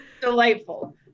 Delightful